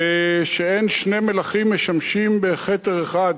שאין שני מלכים משמשים בכתר אחד,